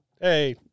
Hey